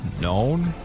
known